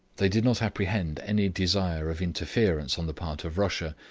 they did not apprehend any desire of interference on the part of russia,